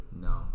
No